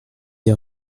des